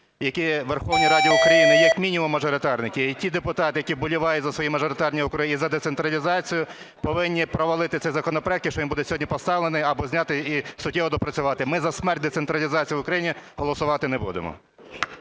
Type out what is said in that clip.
які у Верховній Раді України, як мінімум мажоритарники, і ті депутати, які вболівають за свої мажоритарні округи, за децентралізацію, повинні провалити цей законопроект, якщо він буде сьогодні поставлений, або зняти і суттєво доопрацювати. Ми за смерть децентралізації в Україні голосувати не будемо.